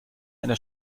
eine